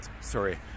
sorry